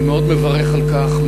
אני מאוד מברך על כך,